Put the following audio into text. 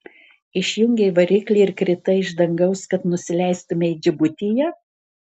išjungei variklį ir kritai iš dangaus kad nusileistumei džibutyje